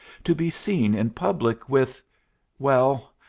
to be seen in public with well,